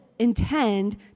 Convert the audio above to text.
intend